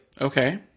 okay